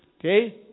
Okay